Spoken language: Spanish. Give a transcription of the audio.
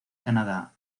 canadá